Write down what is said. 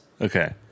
Okay